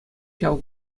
ҫав